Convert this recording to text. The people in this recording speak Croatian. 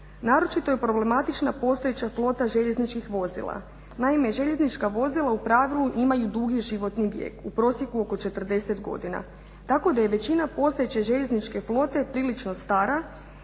Naročito je problematična postojeća flota željezničkih vozila, naime željeznička vozila u pravilu imaju dugi životni vijek u prosjeku oko 40 godina. Tako da je većina postojeće željezničke flote prilično stara